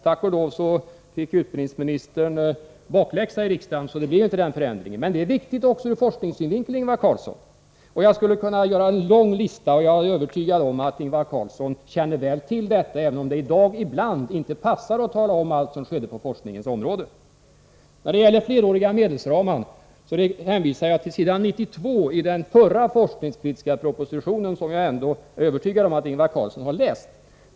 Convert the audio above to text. Tack och lov fick utbildningsministern bakläxa i riksdagen, så det blev inte den förändringen. Men det är viktigt också ur forskningssynvinkel, Ingvar Carlsson. Jag skulle kunna göra en lång lista, och jag är övertygad om att Ingvar Carlsson väl känner till detta, även om det ibland inte passar att tala om allt som skedde på forskningens område. När det gäller de fleråriga medelsramarna hänvisar jag till s. 92 i den förra forskningspolitiska propositionen, som jag är övertygad om att Ingvar Carlsson har läst.